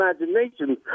imagination